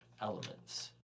elements